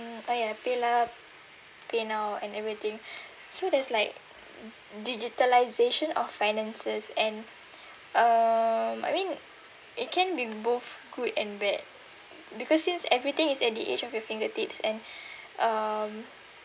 !aiya! PayLah PayNow and everything so there's like digitalisation of finances and um I mean it can be both good and bad because since everything is at the edge of your fingertips and um